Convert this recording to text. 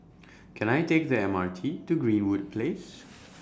Can I Take The M R T to Greenwood Place